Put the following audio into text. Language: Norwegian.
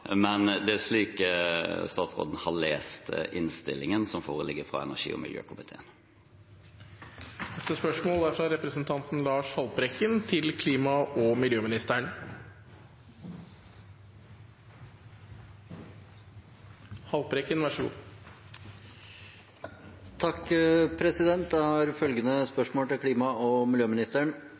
men det er slik statsråden har lest innstillingen som foreligger fra energi- og miljøkomiteen. Jeg har følgende spørsmål til klima- og miljøministeren: «Norsk Bonde- og Småbrukarlag, Norges Bondelag og